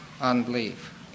unbelief